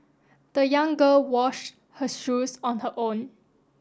the young girl washed her shoes on her own